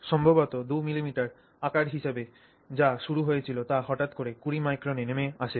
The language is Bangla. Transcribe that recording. সম্ভবত 2 মিলিমিটার আকার হিসাবে যা শুরু হয়েছিল তা হঠাৎ করে 20 মাইক্রনে নেমে আসে